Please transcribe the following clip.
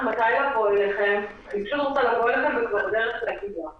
זאת אומרת שהמשטרה יכולה להגיע שלא על בסיס חשד למקום המגורים של אדם.